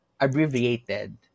abbreviated